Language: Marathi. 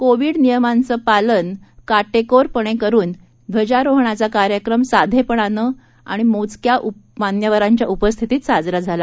कोविड नियमांचं का र्पेंकोरपणे पालन करुन ध्वजारोहणाचा कार्यक्रम साधेपणानं मोजक्या मान्यवरांच्या उपस्थितीत साजरा झाला